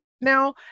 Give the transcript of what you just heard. Now